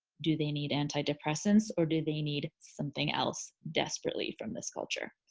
do they need antidepressants or do they need something else desperately from this culture?